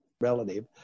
relative